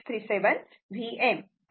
637 Vm आहे